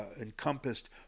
encompassed